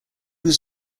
was